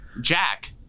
Jack